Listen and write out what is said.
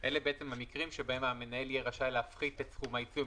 אלה המקרים שבהם המנהל יהיה רשאי להפחית את סכום העיצום,